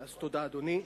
תודה, אדוני.